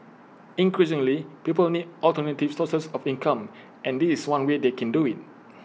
increasingly people need alternative sources of income and this is one way they can do IT